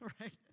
right